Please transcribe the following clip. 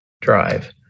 Drive